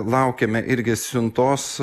laukiame irgi siuntos